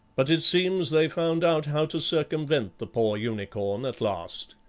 but it seems they found out how to circumvent the poor unicorn at last.